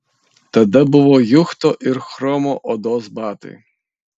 tada buvo juchto ir chromo odos batai